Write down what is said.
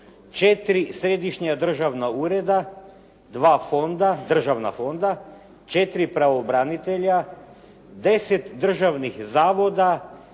4 središnja državna ureda, 2 fonda, državna fonda, 4 pravobranitelja, 10 državnih zavoda,